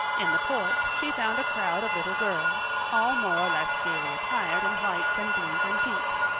in the porch she found a crowd of little girls, all more or less gaily attired in whites and blues and pinks,